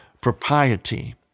propriety